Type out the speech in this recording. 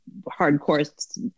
hardcore